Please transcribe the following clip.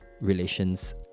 Relations